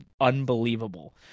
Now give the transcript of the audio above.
unbelievable